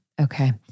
Okay